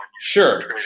Sure